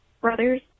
brother's